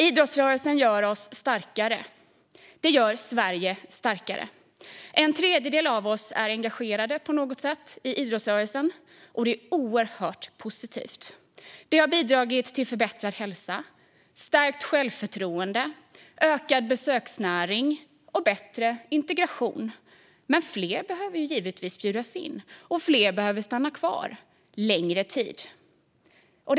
Idrottsrörelsen gör oss och Sverige starkare. En tredjedel av oss är engagerade på något sätt i idrottsrörelsen. Det är oerhört positivt. Det har bidragit till förbättrad hälsa, stärkt självförtroende, ökad besöksnäring och bättre integration. Men fler behöver givetvis bjudas in, och fler behöver stanna kvar längre tid. Fru talman!